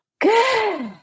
Good